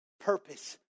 purpose